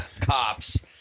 cops